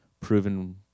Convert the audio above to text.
proven